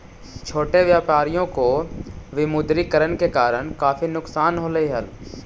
छोटे व्यापारियों को विमुद्रीकरण के कारण काफी नुकसान होलई हल